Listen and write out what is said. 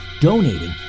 donating